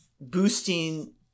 boosting